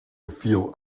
feel